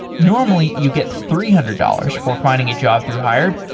normally, you get three hundred dollars for finding a job through hired,